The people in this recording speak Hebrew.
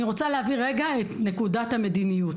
אני רוצה להבהיר רגע את נקודת המדיניות.